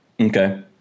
Okay